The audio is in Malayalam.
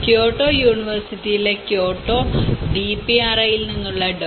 ക്യോട്ടോ യൂണിവേഴ്സിറ്റിയിലെ ക്യോട്ടോ ഡിപിആർഐയിൽ നിന്നുള്ള ഡോ